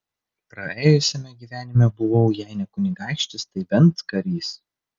praėjusiame gyvenime buvau jei ne kunigaikštis tai bent karys